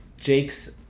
jake's